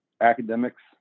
academics